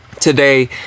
Today